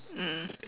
mm